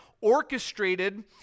orchestrated